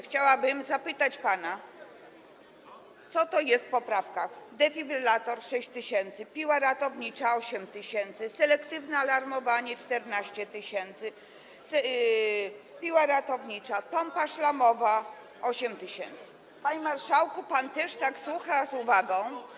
Chciałabym zapytać pana, co to jest w poprawkach: defibrylator - 6 tys., piła ratownicza - 8 tys., selektywne alarmowanie - 14 tys., pompa szlamowa - 8 tys. Panie marszałku, pan też tak słucha z uwagą.